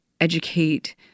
educate